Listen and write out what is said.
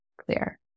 clear